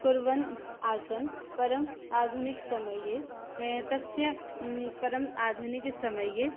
कुर्वन् आसन् परम् आधुनिकसमये तस्य परम् आधुनिकसमये